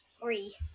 Three